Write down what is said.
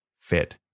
fit